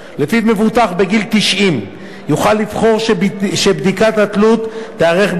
ולפיו מבוטח בגיל 90 יכול לבחור שבדיקת התלות תיערך בידי